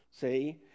see